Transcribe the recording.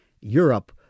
Europe